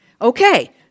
Okay